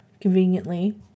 conveniently